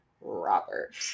Robert